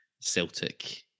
Celtic